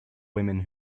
women